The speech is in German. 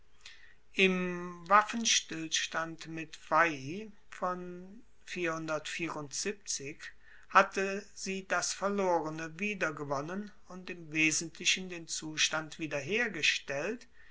im waffenstillstand mit veii von hatte sie das verlorene wiedergewonnen und im wesentlichen den zustand wiederhergestellt